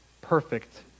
perfect